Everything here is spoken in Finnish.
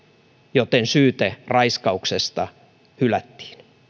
joten syyte raiskauksesta hylättiin